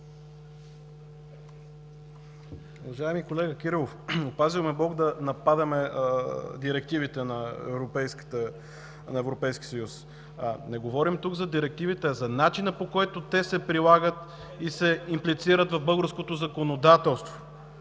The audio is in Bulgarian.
Уважаеми колега Кирилов, опазил ме Бог да нападаме директивите на Европейския съюз. Не говорим тук за директивите, а за начина, по който те се прилагат и се имплицират в българското законодателство.